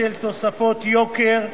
בשל תוספות יוקר,